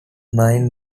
nine